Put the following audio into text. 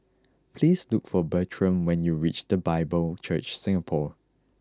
please look for Bertram when you reach The Bible Church Singapore